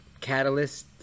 catalyst